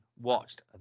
watched